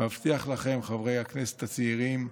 מבטיח לכם, חברי הכנסת הצעירים,